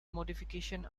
modifications